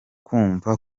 kumva